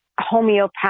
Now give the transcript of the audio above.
homeopathic